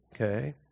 okay